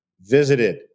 visited